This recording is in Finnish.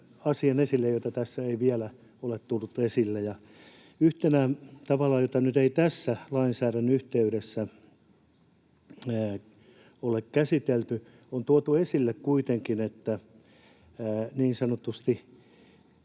asian, joita tässä ei vielä ole tullut esille. Tavallaan yhtenä asiana, jota nyt ei tämän lainsäädännön yhteydessä ole käsitelty mutta joka on tuotu esille kuitenkin, on se, että niin sanotusti